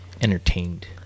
entertained